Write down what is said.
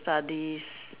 studies